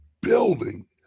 Building